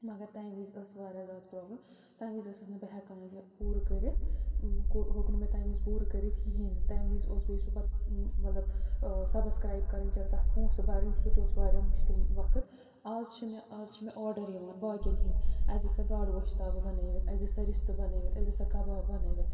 مگر تَمہِ وِز ٲسۍ وارِیاہ زیادٕ پرٛابلِم تَمہِ وِز ٲسٕس نہٕ بہٕ ہیٚکان یہِ پورٕ کٔرِتھ ہوٚک نہٕ مےٚ تَمہِ وِز پورٕ کٔرِتھ کِہیٖنۍ نہٕ تَمہِ وِز اوس بیٚیہِ سُہ پتہٕ مطلب سَبسکرایب کِرٕنۍ چَنل تَتھ پۄنٛسہٕ بَرٕنۍ سُہ تہِ اوس وارِیاہ مُشکِل وقت آز چھِ مےٚ آز چھِ مےٚ آرڈر یِوان باقین ہنٛدۍ اَسہِ دِسا گاڈٕ گوشتابہٕ بنٲوِتھ اَسہِ دِسا رِستہٕ بنٲوِتھ اَسہِ دِسا کَباب بنٲوِتھ